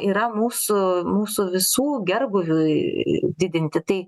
yra mūsų mūsų visų gerbūviui didinti tai